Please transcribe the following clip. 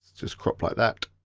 just crop like that.